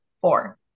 four